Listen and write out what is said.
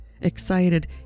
Excited